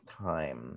time